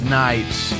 night's